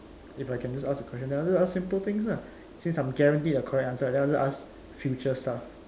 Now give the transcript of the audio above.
if I can just ask a question then I'll ask simple things lah since I'm guaranteed a correct answer then I'll ask future stuff